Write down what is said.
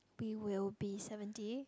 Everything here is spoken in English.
we will be seventy